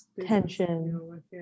tension